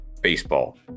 baseball